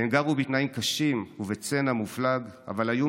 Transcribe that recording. והם גרו בתנאים קשים ובצנע מופלג אבל היו